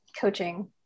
coaching